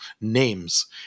names